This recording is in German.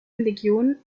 legion